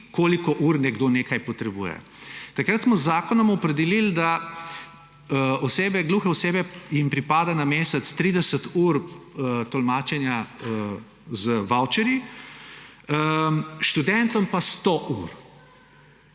koliko ur nečesa nekdo potrebuje. Takrat smo z zakonom opredelili, da gluhim osebam pripada na mesec 30 ur tolmačenja z vavčerji, študentom pa 100 ur.